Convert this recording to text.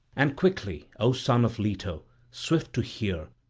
and quickly, o son of leto, swift to hear,